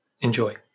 Enjoy